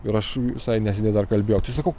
ir aš visai neseniai dar kalbėjau tai sakau